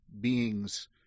beings